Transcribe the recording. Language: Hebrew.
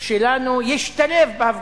שלנו ישתלב בהפגנות,